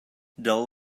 dull